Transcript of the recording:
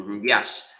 yes